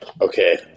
Okay